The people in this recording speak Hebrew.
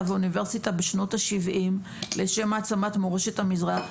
ואוניברסיטה בשנות ה-70 לשם העצמת מורשת המזרח,